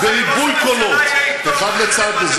מה, שלראש הממשלה יהיה עיתון זה חלק מהדמוקרטיה?